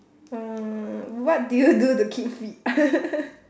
um what do you do to keep fit